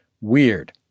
Weird